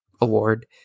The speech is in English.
award